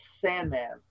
Sandman